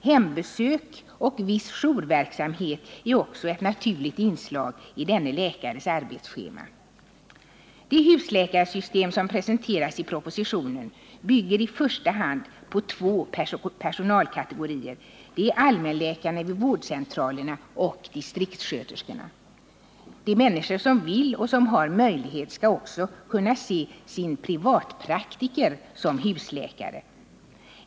Hembesök och viss jourverksamhet är också ett naturligt inslag i denne läkares arbetsschema. Det husläkarsystem som presenteras i propositionen bygger i första hand på två personalkategorier. Det är allmänläkarna vid vårdcentralerna och distriktssköterskorna. De människor som vill och som har möjlighet skall också kunna se sin privatpraktiker som husläkare.